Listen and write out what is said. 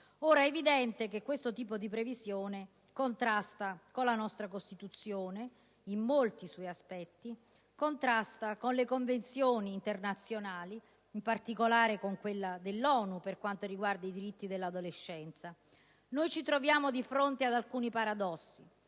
È evidente che questo tipo di previsione contrasta con la nostra Costituzione in molti suoi aspetti e con le convenzioni internazionali, in particolare con quella dell'ONU per quanto riguarda i diritti dell'adolescenza. Ci troviamo di fronte ad alcuni paradossi,